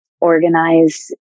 organize